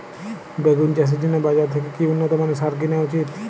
বেগুন চাষের জন্য বাজার থেকে কি উন্নত মানের সার কিনা উচিৎ?